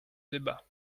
débat